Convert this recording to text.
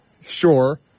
sure